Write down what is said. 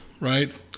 right